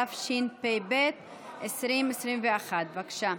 התשפ"ב 2021. בבקשה.